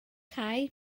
cau